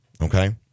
Okay